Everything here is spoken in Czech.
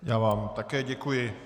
Já vám také děkuji.